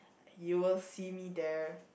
you will see me there